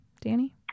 Danny